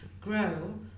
grow